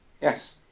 Yes